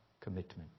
commitment